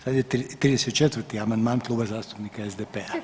Sad je 34. amandman Klub zastupnika SDP-a.